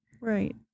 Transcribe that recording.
right